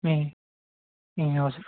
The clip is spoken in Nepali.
ए ए हजुर